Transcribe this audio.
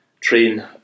train